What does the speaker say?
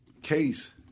case